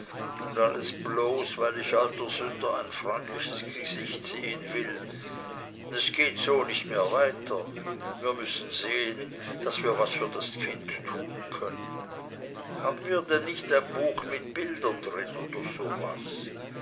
und alles bloß weil ich alter sünder ein freundliches gesicht sehn will das geht so nich mehr weiter wir müssen sehn daß wir was für das kind tun können haben wir denn nicht ein buch mit bildern drin oder so was